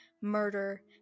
murder